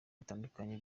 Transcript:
bitandukanye